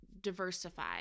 diversify